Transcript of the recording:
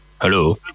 hello